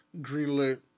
greenlit